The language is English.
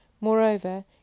Moreover